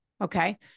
Okay